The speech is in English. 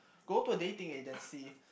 go to a dating agency